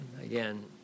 again